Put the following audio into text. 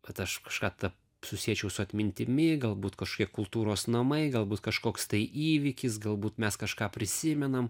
kad aš kažką tą susiečiau su atmintimi galbūt kažkokie kultūros namai galbūt kažkoks tai įvykis galbūt mes kažką prisimenam